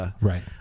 right